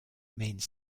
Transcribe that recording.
means